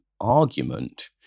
argument